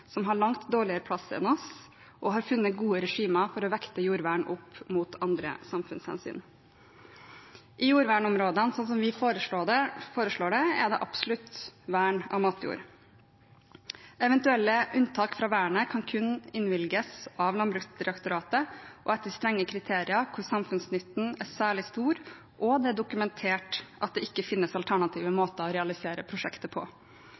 som har langt dårligere plass enn oss, og som har funnet gode regimer for å vekte jordvern opp mot andre samfunnshensyn. I jordvernområdene – slik som vi foreslår det – er det absolutt vern av matjord. Eventuelle unntak fra vernet kan kun innvilges av Landbruksdirektoratet og etter strenge kriterier for hvor samfunnsnytten er særlig stor, og det er dokumentert at det ikke finnes alternative måter å realisere prosjektet på.